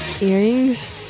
Earrings